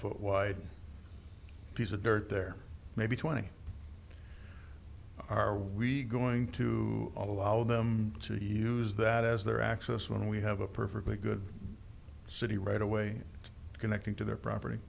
foot wide piece of dirt there maybe twenty are we going to allow them to use that as their access when we have a perfectly good city right away connecting to their property